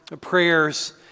prayers